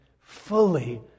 fully